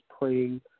praying